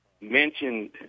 mentioned